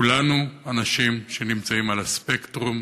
כולנו אנשים שנמצאים על הספקטרום,